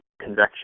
convection